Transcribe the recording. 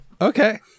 Okay